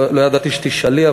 לא ידעתי שתשאלי.